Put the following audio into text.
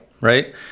Right